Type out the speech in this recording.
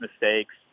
mistakes